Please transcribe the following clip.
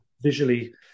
visually